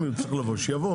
הוא צריך לבוא שיבוא,